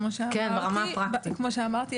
כמו שאמרתי,